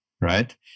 Right